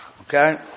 Okay